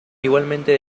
igualmente